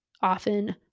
often